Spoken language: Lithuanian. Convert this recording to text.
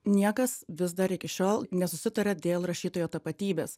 niekas vis dar iki šiol nesusitaria dėl rašytojo tapatybės